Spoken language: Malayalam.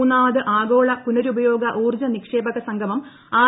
മൂന്നാമത് ആഗോള പുനരുപയോഗ ഊർജ നിക്ഷേപക സംഗമം ആർ